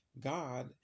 God